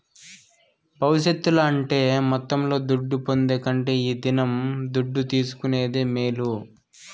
భవిష్యత్తుల అంటే మొత్తంలో దుడ్డు పొందే కంటే ఈ దినం దుడ్డు తీసుకునేదే మేలు